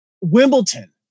Wimbledon